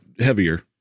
heavier